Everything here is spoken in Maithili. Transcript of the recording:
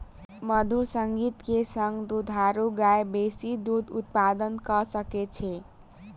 मधुर संगीत के संग दुधारू गाय बेसी दूध उत्पादन कअ सकै छै